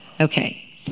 Okay